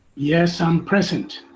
yes, i'm present.